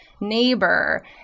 neighbor